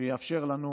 שיאפשר לנו